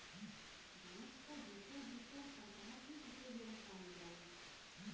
बांस क दुसर दुसर परकार भी दुसरे जगह पावल जाला